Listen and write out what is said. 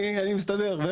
אני מסתדר.